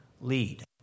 lead